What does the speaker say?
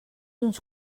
uns